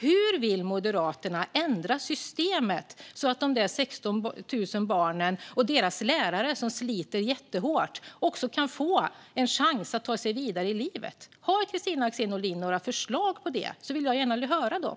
Hur vill Moderaterna ändra systemet så att de 16 000 barnen - och deras lärare, som sliter jättehårt - också kan få en chans att ta sig vidare i livet? Har Kristina Axén Olin några förslag på det vill jag gärna höra dem.